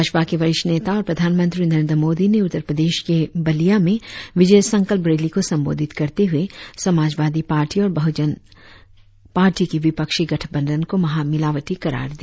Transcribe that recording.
भाजपा के वरिष्ठ नेता और प्रधानमंत्री नरेंद्र मोदी ने उत्तर प्रदेश के बलिया में विजय संकल्प रैली को संबोधित करते हुए समाजवादी पार्टी और बहुजन पार्टी के विपक्षी गठबंधन को महामिलावटी करार दिया